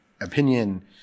opinion